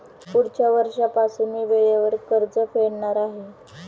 पुढच्या वर्षीपासून मी वेळेवर कर्ज फेडणार आहे